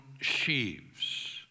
sheaves